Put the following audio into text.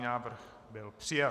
Návrh byl přijat.